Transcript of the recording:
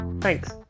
thanks